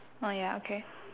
oh ya okay